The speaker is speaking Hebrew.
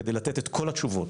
כדי לתת את כל התשובות,